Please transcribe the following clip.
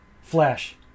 Flash